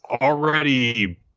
already